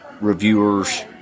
reviewers